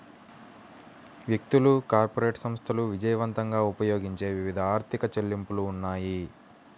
వ్యక్తులు, కార్పొరేట్ సంస్థలు విజయవంతంగా ఉపయోగించే వివిధ ఆర్థిక చెల్లింపులు ఉన్నాయి